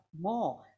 more